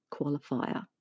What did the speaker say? qualifier